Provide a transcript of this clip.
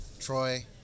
Troy